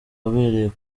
wabereye